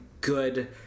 good